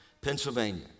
Pennsylvania